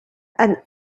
and